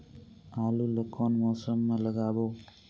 आलू ला कोन मौसम मा लगाबो?